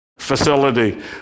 facility